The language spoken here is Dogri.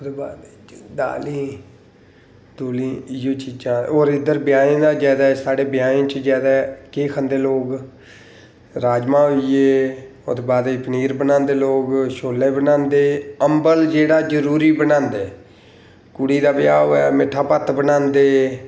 ओह्दे बाद च दालीं इयो चीजा और इद्धर ब्याहे दा जैदा साढ़े ब्याहे च जैदा केह् खंदे लोक राजमांह् होई गे ओह्दे बाद च पनीर बनांदे लोक शोले बनादे अंबल जेह्ड़ा जरुरी बनांदे कुड़ी दा ब्याह होऐ मिट्ठा भत्त बनांदे